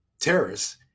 terrorists